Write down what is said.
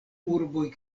urboj